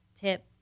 tip